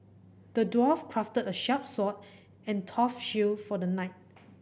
the dwarf crafted a sharp sword and tough shield for the knight